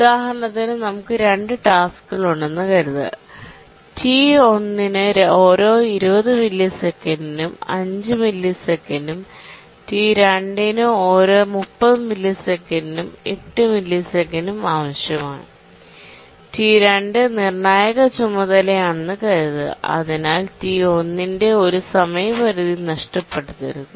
ഉദാഹരണത്തിന് നമുക്ക് 2 ടാസ്ക്കുകളുണ്ടെന്ന് കരുതുക ടി 1 ന് ഓരോ 20 മില്ലിസെക്കൻഡിനും 5 മില്ലിസെക്കൻഡും ടി 2 ന് ഓരോ 30 മില്ലിസെക്കൻഡിനും 8 മില്ലിസെക്കൻഡും ആവശ്യമാണ് ടി 2 നിർണായക ചുമതലയാണെന്ന് കരുതുക അതിനാൽ ടി 1 ന്റെ ഒരു സമയപരിധി നഷ്ടപ്പെടുത്തരുത്